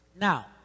Now